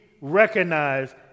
recognize